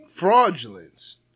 fraudulence